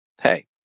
hey